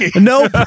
No